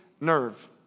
nerve